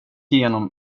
igenom